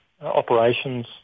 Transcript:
Operations